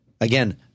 again